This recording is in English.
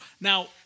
Now